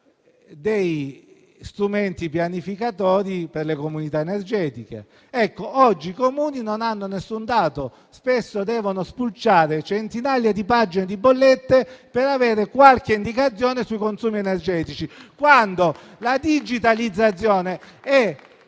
degli strumenti pianificatori per le comunità energetiche. Oggi i Comuni non hanno nessun dato; spesso devono spulciare centinaia di pagine di bollette per avere qualche indicazione sui consumi energetici, quando